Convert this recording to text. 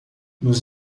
nos